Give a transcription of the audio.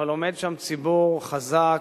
אבל עומד שם ציבור חזק,